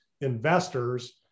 investors